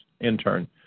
intern